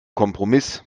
kompromiss